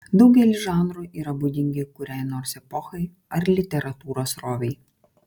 daugelis žanrų yra būdingi kuriai nors epochai ar literatūros srovei